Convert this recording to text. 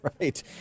Right